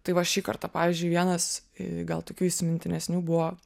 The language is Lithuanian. tai va šį kartą pavyzdžiui vienas gal tokių įsimintinesnių buvo